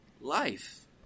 life